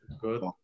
Good